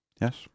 Yes